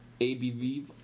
ABV